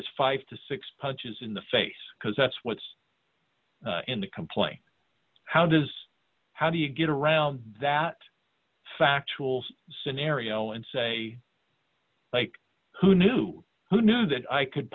as five to six punches in the face because that's what's in the complaint how does how do you get around that fact tools scenario and say like who knew who knew that i could